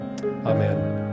Amen